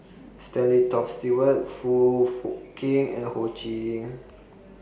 Stanley Toft Stewart Foong Fook Kay and Ho Ching